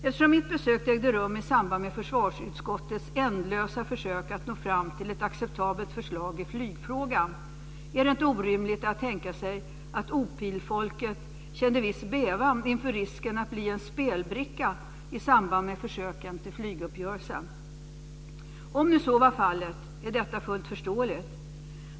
Eftersom mitt besök ägde rum i samband med försvarsutskottets ändlösa försök att nå fram till ett acceptabelt förslag i flygfrågan är det inte orimligt att tänka sig att OPIL-folket kände viss bävan inför risken att bli en spelbricka i samband med försöken till flyguppgörelse. Om så nu var fallet är detta fullt förståeligt.